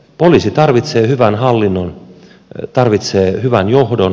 poliisi tarvitsee hyvän hallinnon tarvitsee hyvän johdon